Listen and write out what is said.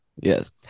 Yes